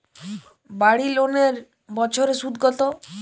বাড়ি লোনের বছরে সুদ কত?